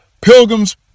Pilgrim's